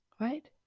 Right